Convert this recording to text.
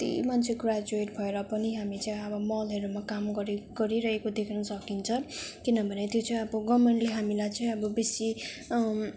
कत्ति मान्छे ग्र्याज्युट भएर पनि हामी चाहिँ अब मलहरूमा काम गरी गरिरहेको देख्न सकिन्छ किनभने त्यो चाहिँ अब गभर्मेनले हामीलाई चाहिँ अब बेसी